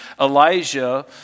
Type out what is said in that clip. Elijah